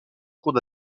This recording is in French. cours